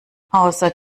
außer